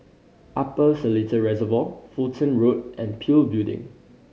Upper Seletar Reservoir Fulton Road and PIL Building